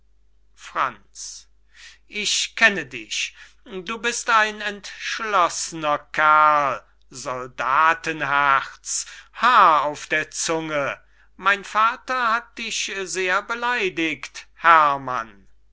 franz ich kenne dich du bist ein entschloß'ner kerl soldaten herz haar auf der zunge mein vater hat dich sehr beleidigt herrmann